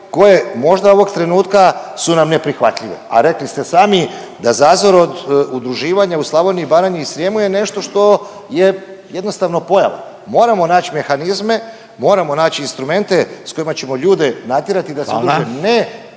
koje možda ovog trenutka su nam neprihvatljive, a rekli ste sami da zazor od udruživanja u Slavoniji, Baranji i Srijemu je nešto što je jednostavno pojava, moramo nać mehanizme, moramo nać instrumente s kojima ćemo ljude natjerati da se udruže…/Upadica